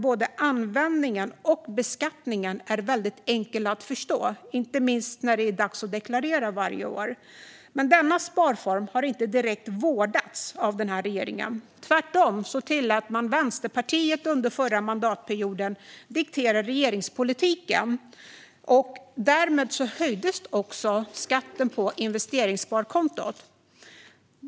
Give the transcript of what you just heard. Både användningen och beskattningen är enkel att förstå, inte minst när det är dags att deklarera varje år. Men denna sparform har inte direkt vårdats av den här regeringen. Tvärtom tillät man under förra mandatperioden Vänsterpartiet att diktera regeringspolitiken. Därmed höjdes också skatten på investeringssparkontot.